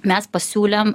mes pasiūlėm